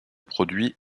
produits